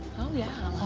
oh, yes.